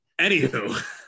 anywho